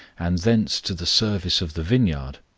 and thence to the service of the vineyard,